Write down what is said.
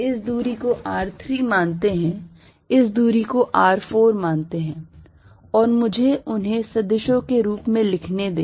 इस दूरी को r4 मानते हैं और मुझे उन्हें सदिशों के रूप में लिखने दें